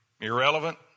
Irrelevant